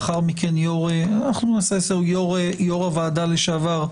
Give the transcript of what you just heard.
אחריו יושב-ראש הוועדה לשעבר,